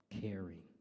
caring